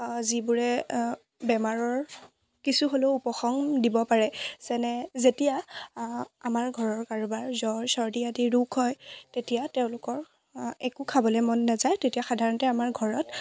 যিবোৰে বেমাৰৰ কিছু হ'লেও উপশম দিব পাৰে যেনে যেতিয়া আমাৰ ঘৰৰ কাৰোবাৰ জ্বৰ চৰ্দি আদি ৰোগ হয় তেতিয়া তেওঁলোকৰ একো খাবলৈ মন নাযায় তেতিয়া সাধাৰণতে আমাৰ ঘৰত